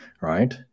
right